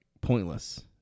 pointless